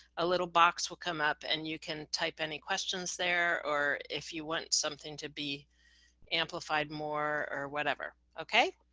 a little box will come up and you can type. any questions there. or if you want something to be amplified more or whatever. okay,